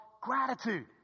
gratitude